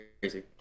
crazy